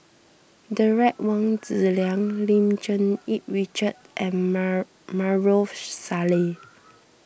Derek Wong Zi Liang Lim Cherng Yih Richard and Maarof Salleh